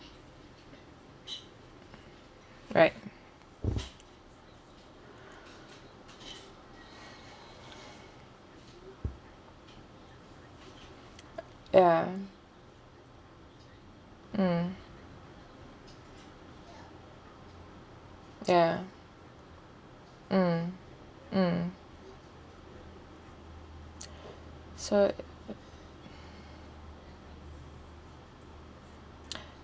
right ya mm ya mm mm so